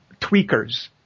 tweakers